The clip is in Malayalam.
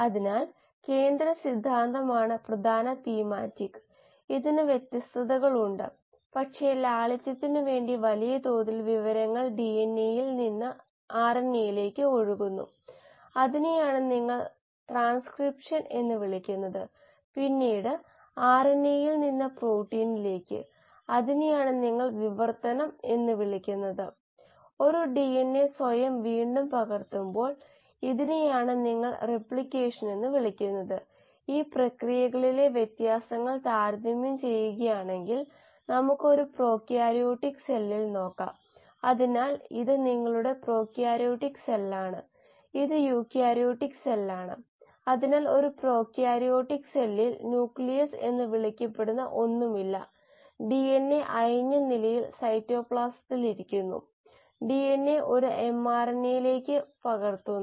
സ്കെയിൽ ഡൌൺ പ്രധാനമാണ് കാരണം നിലവിലുള്ള പ്രക്രിയ മെച്ചപ്പെടുത്തുന്നതിനുള്ള തന്ത്രങ്ങൾ മീഡിയം കോമ്പോസിഷനിലെ മാറ്റങ്ങൾ ഉപയോഗിച്ച പുതിയ അല്ലെങ്കിൽ പരിഷ്കരിച്ച ഉൽപാദന സമ്മർദ്ദങ്ങൾ അല്ലെങ്കിൽ ഓപ്പറേറ്റിംഗ് അവസ്ഥകൾ വ്യത്യസ്ത ഓപ്പറേറ്റിംഗ് അവസ്ഥകൾ പരിശോധിച്ച് സാധൂകരിക്കൽ കോശ കൾച്ചർ ഉൽപ്പന്നങ്ങൾക്കായുള്ള പുതിയ നടപടി ക്രമങ്ങൾ ഉൽപാദന ബയോറിയാക്ടറിൽ നിന്ന് സമയമെടുക്കാതെ വളരെയധികം ചിലവില്ലാതെ പരീക്ഷിക്കാൻ കഴിയും